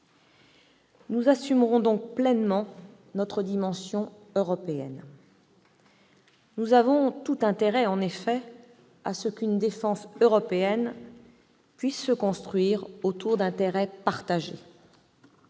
Nous assumerons pleinement notre dimension européenne. Nous avons tout intérêt à ce qu'une défense européenne puisse se construire autour d'intérêts partagés.